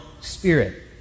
spirit